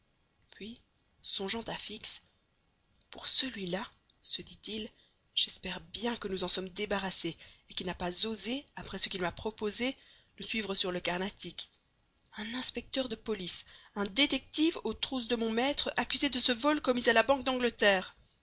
puis songeant à fix pour celui-là se dit-il j'espère bien que nous en sommes débarrassés et qu'il n'a pas osé après ce qu'il m'a proposé nous suivre sur le carnatic un inspecteur de police un détective aux trousses de mon maître accusé de ce vol commis à la banque d'angleterre